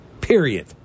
Period